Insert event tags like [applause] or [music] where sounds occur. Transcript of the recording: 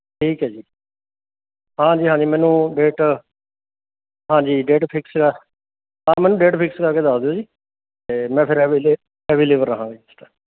ਠੀਕ ਹੈ ਜੀ ਹਾਂਜੀ ਹਾਂਜੀ ਮੈਨੂੰ ਡੇਟ ਹਾਂਜੀ ਡੇਟ ਫਿਕਸ ਹਾਂ ਮੈਨੂੰ ਡੇਟ ਫਿਕਸ ਕਰਕੇ ਦੱਸ ਦਿਓ ਜੀ ਅਤੇ ਮੈਂ ਫਿਰ [unintelligible] ਅਵੇਲੇਬਲ ਰਹਾਂਗਾ ਜੀ ਉਸ ਟਾਈਮ